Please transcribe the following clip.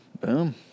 Boom